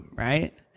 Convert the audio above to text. right